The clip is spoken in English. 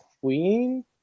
queen